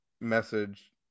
message